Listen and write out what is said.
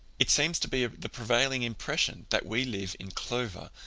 it seems to be the prevailing impression that we live in clover,